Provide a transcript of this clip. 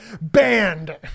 Banned